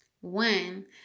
one